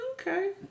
Okay